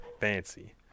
fancy